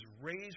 raised